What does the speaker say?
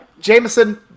Jameson